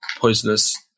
poisonous